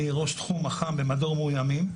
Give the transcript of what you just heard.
אני ראש תחום אח"מ במדור מאויימים,